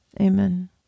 Amen